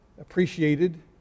appreciated